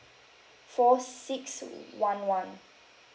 four six one one